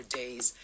days